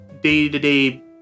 day-to-day